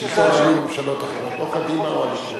בשלטון היו ממשלות אחרות, או קדימה או הליכוד.